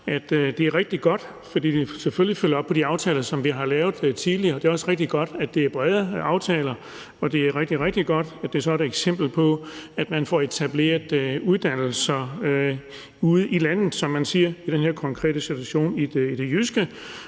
det er rigtig godt, fordi det selvfølgelig følger op på de aftaler, som vi har lavet tidligere. Det er også rigtig godt, at det er brede aftaler. Og det er rigtig, rigtig godt, at det så er et eksempel på, at man får etableret uddannelser ude i landet, som man siger – i den her konkrete situation er det i det